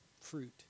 fruit